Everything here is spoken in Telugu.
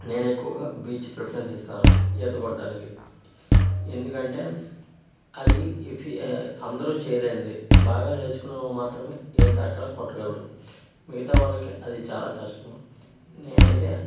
నేను ఎక్కువగా బీచ్ ప్రిఫెరెన్సు ఇస్తాను ఈత కొట్టడానికి ఎందుకంటే అది ఎఫి అందరూ చెయ్యలేనిది బాగా నేర్చుకున్న వాళ్ళు మాత్రమే ఈత అక్కడ కొట్టగలరు మిగతావాళ్ళకి అది చాలా కష్టము నేను అయితే